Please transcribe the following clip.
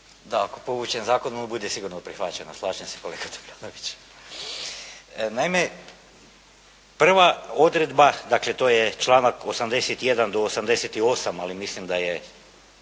Da. Ako bude povučen zakon ovo sigurno bude prihvaćeno, slažem se kolega Tomljanović. Naime, prva odredba, dakle to je članak 81. do 88., ali mislim da je